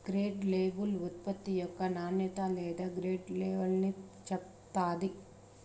grade label ఉత్పత్తి యొక్క నాణ్యత లేదా గ్రేడ్ లెవల్ని చెప్తాది